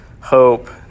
hope